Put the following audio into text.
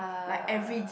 like every